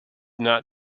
not